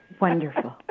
wonderful